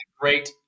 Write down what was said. great